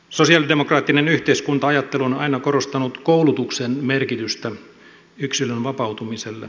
sosialidemokraattinen yhteiskunta ajattelu on aina korostanut koulutuksen merkitystä yksilön vapautumiselle